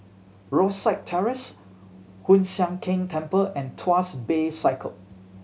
Rosyth Terrace Hoon Sian Keng Temple and Tuas Bay Circle